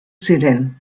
ziren